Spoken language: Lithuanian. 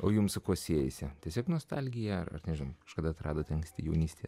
o jums su kuo siejasi tiesiog nostalgija ar nežinau kada atradote anksti jaunystėje